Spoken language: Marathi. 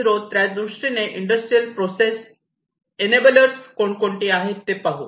0 त्यादृष्टीने इंडस्ट्रियल प्रोसेस एनएबिलर्स कोणकोणती आहेत ते पाहू